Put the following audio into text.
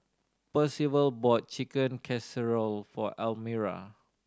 Percival bought Chicken Casserole for Almira